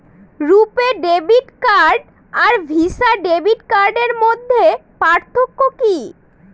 রূপে debit card আর Visa debit কার্ডের মধ্যে পার্থক্য কি?